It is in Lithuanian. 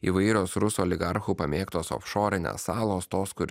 įvairios rusų oligarchų pamėgtos ofšorinės salos tos kur